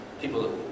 people